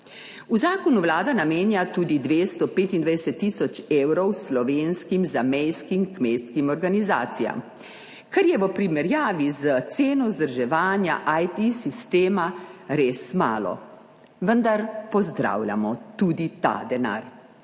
V zakonu Vlada namenja tudi 225 tisoč evrov slovenskim zamejskim kmečkim organizacijam, kar je v primerjavi s ceno vzdrževanja IT sistema res malo, vendar pozdravljamo tudi ta denar.